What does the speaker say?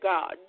God